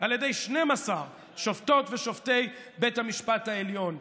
על ידי 12 שופטות ושופטי בית המשפט העליון.